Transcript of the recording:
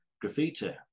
graffiti